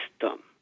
system